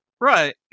right